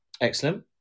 Excellent